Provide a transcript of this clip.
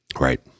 Right